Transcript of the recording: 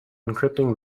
encrypting